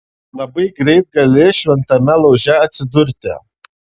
labai greit gali šventame lauže atsidurti